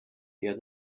ihr